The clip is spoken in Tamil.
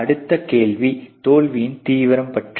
அடுத்த கேள்வி தோல்வியின் தீவிரம் பற்றியது ஆகும்